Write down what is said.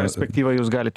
perspektyvą jūs galit